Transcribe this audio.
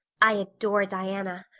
i adore diana.